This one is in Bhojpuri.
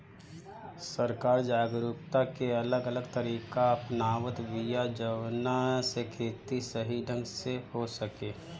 सरकार जागरूकता के अलग अलग तरीका अपनावत बिया जवना से खेती सही ढंग से हो सके